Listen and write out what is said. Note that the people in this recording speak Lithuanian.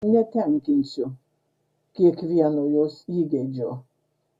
netenkinsiu kiekvieno jos įgeidžio